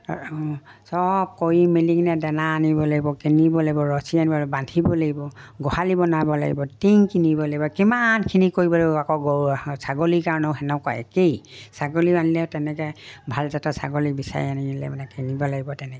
চব কৰি মেলি কিনে দানা আনিব লাগিব কিনিব লাগিব ৰছী আনিব লাগিব বান্ধিব লাগিব গোহালি বনাব লাগিব টিং কিনিব লাগিব কিমানখিনি কৰিব লাগিব আকৌ গৰু ছাগলীৰ কাৰণেও তেনেকুৱা একেই ছাগলী আনিলেও তেনেকৈ ভাল জাতৰ ছাগলী বিচাৰি আনিলে মানে কিনিব লাগিব তেনেকৈ